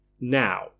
now